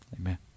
amen